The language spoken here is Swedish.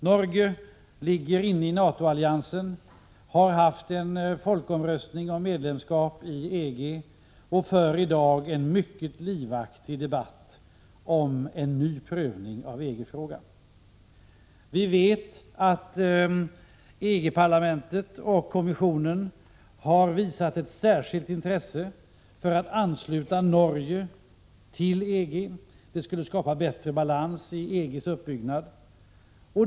Norge ligger inne i NATO-alliansen, har haft en folkomröstning om medlemskap i EG och föri dag en mycket livaktig debatt om en ny prövning av EG-frågan. Vi vet att EG-parlamentet och EG-kommissionen har visat ett särskilt intresse för att ansluta Norge till EG; det skulle skapa bättre balans i EG:s uppbyggnad.